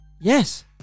Yes